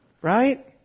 Right